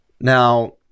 Now